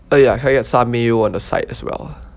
uh ya can I get some meal on the side as well